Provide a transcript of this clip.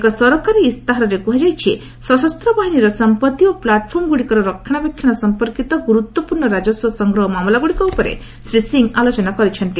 ଏକ ସରକାରୀ ଇସ୍ତାହାରରେ କୁହାଯାଇଛି ସଶସ୍ତ ବାହିନୀର ସମ୍ପଭି ଓ ପ୍ଲାଟ୍ଫର୍ମଗୁଡ଼ିକର ରକ୍ଷଣାବେକ୍ଷଣା ସମ୍ପର୍କିତ ଗୁରୁତ୍ୱପୂର୍୍ଣ ରାଜସ୍ୱ ସଂଗ୍ରହ ମାମଲାଗୁଡ଼ିକ ଉପରେ ଶ୍ରୀ ସିଂହ ଆଲୋଚନା କରିଛନ୍ତି